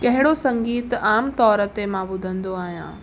कहिड़ो संगीत आमतोरु ते मां ॿुधंदो आहियां